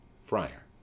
Friar